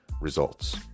Results